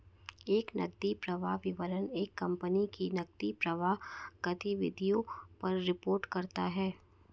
एक नकदी प्रवाह विवरण एक कंपनी की नकदी प्रवाह गतिविधियों पर रिपोर्ट करता हैं